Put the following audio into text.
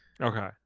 okay